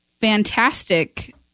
fantastic